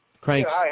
Cranks